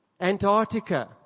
Antarctica